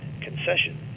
concession